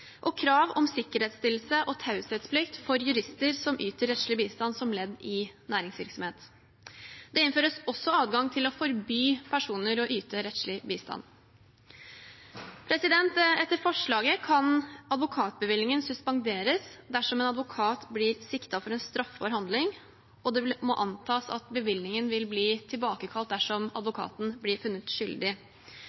og krav om sikkerhetsstillelse og taushetsplikt for jurister som yter rettslig bistand som ledd i næringsvirksomhet. Det innføres også adgang til å forby personer å yte rettslig bistand. Etter forslaget kan advokatbevillingen suspenderes dersom en advokat blir siktet for en straffbar handling, og det må antas at bevillingen vil bli tilbakekalt dersom